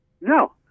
No